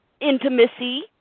intimacy